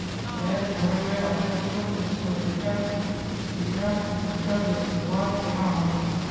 এক ধরলের আচ্ছাদিত শস্য যেটা সিরিয়াল হিসেবে ব্যবহার ক্যরা হ্যয়